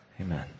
Amen